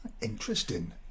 Interesting